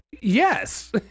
Yes